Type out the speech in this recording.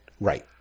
right